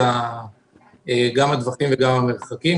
גם של הטווחים וגם של המרחקים,